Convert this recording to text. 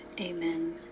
Amen